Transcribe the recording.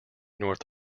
north